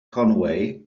conway